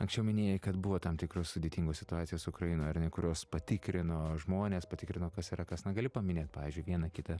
anksčiau minėjai kad buvo tam tikros sudėtingos situacijos ukrainoje ar ne kurios patikrino žmones patikrino kas yra kas na gali paminėt pavyzdžiui vieną kitą